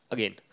Again